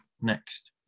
next